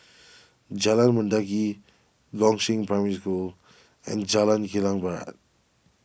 Jalan Mendaki Gongshang Primary School and Jalan Kilang Barat